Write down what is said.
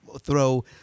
throw